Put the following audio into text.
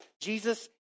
Jesus